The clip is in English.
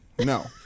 no